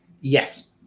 Yes